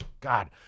God